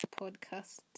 podcast